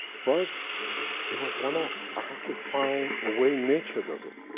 but it was one of. i had to find, a way nature does it.